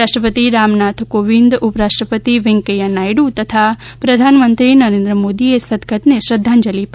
રાષ્ટ્રપતિ રામનાથ કોવિન્દ ઉપરાષ્ટ્રપતિ વેંકઈયા નાયડુ તથા પ્રધાનમંત્રી નરેન્દ્ર મોદીએ સદગતને શ્રધ્ધાંજલિ પાઠવી છે